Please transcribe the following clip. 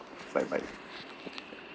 bye bye